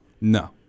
No